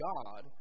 God